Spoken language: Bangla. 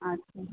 আচ্ছা